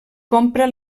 compra